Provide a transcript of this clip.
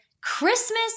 Christmas